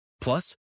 Plus